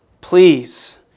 Please